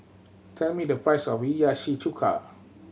tell me the price of Hiyashi Chuka